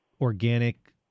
organic